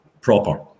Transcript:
proper